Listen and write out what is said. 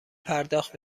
پرداخت